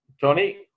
Tony